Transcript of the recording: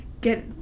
get